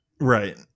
Right